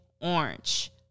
orange